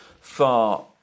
far